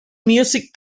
music